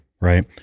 right